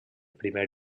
primer